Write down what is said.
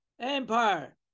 Empire